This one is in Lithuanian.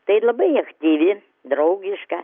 tai labai aktyvi draugiška